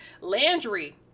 Landry